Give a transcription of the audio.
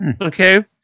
Okay